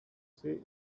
see